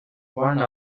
one